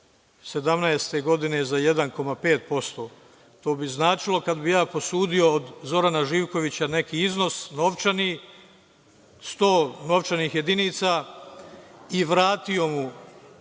2017. godine za 1,5%, to bi značilo kada bi ja posudio od Zorana Živkovića neki iznos novčani, 100 novčanih jedinica, i vratio mu